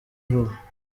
vuba